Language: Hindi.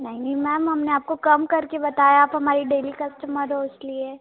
नहीं नहीं मैम हमने आपको कम करके बताया आप हमारी डेली कस्टमर हो इसलिए